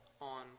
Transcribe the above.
on